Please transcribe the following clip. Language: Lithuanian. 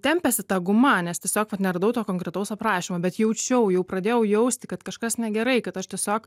tempiasi ta guma nes tiesiog vat neradau to konkretaus aprašymo bet jaučiau jau pradėjau jausti kad kažkas negerai kad aš tiesiog